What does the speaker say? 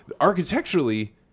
architecturally